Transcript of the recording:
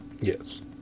Yes